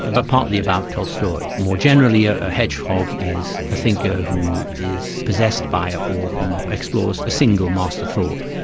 but partly about tolstoy. more generally a hedgehog is a thinker who is possessed by ah or who explores a single master thought.